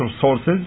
sources